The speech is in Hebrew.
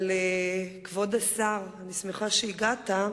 אבל, כבוד השר, אני שמחה שהגעת,